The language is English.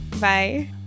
Bye